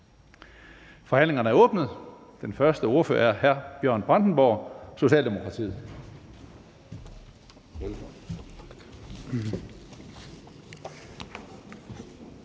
Forhandlingen er åbnet. Den første ordfører er hr. Bjørn Brandenborg, Socialdemokratiet.